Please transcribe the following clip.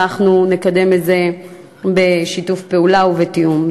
אנחנו נקדם את זה בשיתוף פעולה ובתיאום.